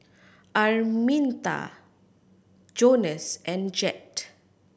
Arminta Jonas and Jett